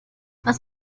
was